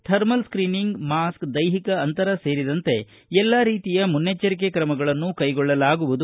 thermal screening mask ದೈಹಿಕ ಅಂತರ ಸೇರಿದಂತೆ ಎಲ್ಲಾ ರೀತಿಯ ಮುನ್ನೆಚ್ಚರಿಕೆ ಕ್ರಮಗಳನ್ನು ಕೈಗೊಳ್ಳಲಾಗುವುದು